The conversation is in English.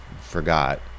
forgot